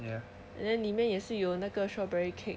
ya